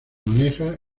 maneja